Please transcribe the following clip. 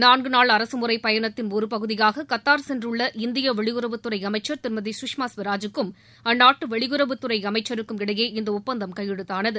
நான்கு நாள் அரசுமுறை பயணத்தின் ஒரு பகுதியாக கத்தார் சென்றுள்ள இந்திய வெளியுறவுத்துறை அமைச்சர் திருமதி சுஷ்மா ஸ்வராஜூக்கும் அந்நாட்டு வெளியுறவுத்துறை அமைச்சருக்கும் இடையே இந்த ஒப்பந்தம் கையெழுத்தானது